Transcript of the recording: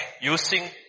using